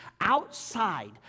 Outside